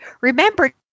Remember